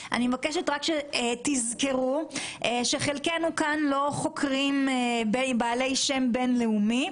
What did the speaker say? אני מבקשת שתזכרו שחלקנו כאן לא חוקרים בעלי שם בין-לאומי,